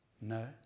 No